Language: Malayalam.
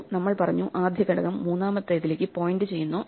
നമ്മൾ പറഞ്ഞു ആദ്യ ഘടകം മൂന്നാമത്തേതിലേക്ക് പോയിന്റ് ചെയ്യുന്നു എന്ന്